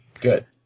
Good